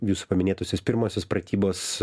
jūsų paminėtosios pirmosios pratybos